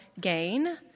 gain